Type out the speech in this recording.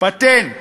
פטנט.